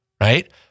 right